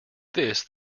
this